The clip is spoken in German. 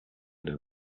der